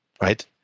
Right